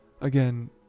again